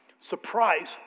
Surprise